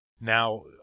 Now